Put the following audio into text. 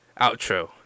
outro